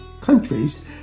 countries